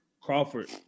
Crawford